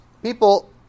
People